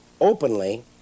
openly